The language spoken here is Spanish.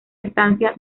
estancia